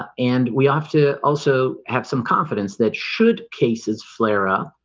and we have to also have some confidence that should cases flare up.